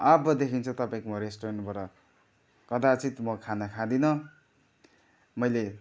अबदेखि चाहिँ तपाईँको म रेस्टुरेन्टबाट कदाचित म खाना खाँदिनँ मैले